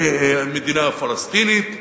המדינה הפלסטינית.